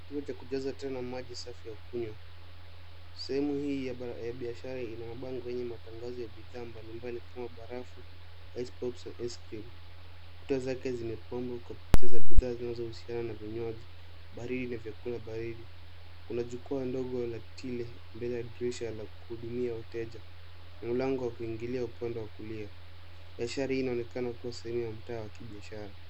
Kituo cha kujaza tena maji safi ya kunywa. Sehemu hii ya biashara ina mabango ya bidhaa mbali mbali kama barafu [cs ] ice pops[cs ] na [cs ] ice cream[cs ]. Kuta zake imepambwa kwa picha za bidhaa zinazo husiana na vinywaji na vyakula baridi. Kuna jukwaa ndogo la Tile mbele ya dirisha la kuhudumia wateja na mlango wa kuingilia upande wa kulia . Biashara hii inaonekana kuwa sehemu ya mtaa wa kibiashara.